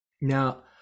Now